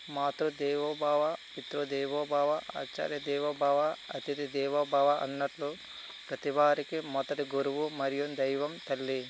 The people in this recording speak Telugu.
మాతృ దేవోభవ పితృ దేవోభవ ఆచార్య దేవోభవ అతిథి దేవోభవ అన్నట్టు ప్రతి వారికి మొదటి గురువు మరియు దైవం తల్లి